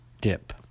dip